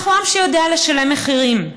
אנחנו עם שיודע לשלם מחירים,